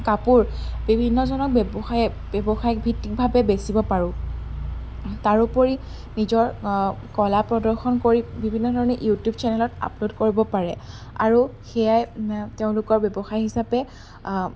কাপোৰ বিভিন্নজনৰ ব্যৱসায়ে ব্যৱসায়ীক ভিত্তিক ভাৱে বেচিব পাৰোঁ তাৰোপৰি নিজৰ কলা প্ৰদৰ্শন কৰি বিভিন্ন ধৰণে ইউটিউব চেনেলত আপলোড কৰিব পাৰে আৰু সেয়াই তেওঁলোকৰ ব্যৱসায় হিচাপে